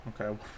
Okay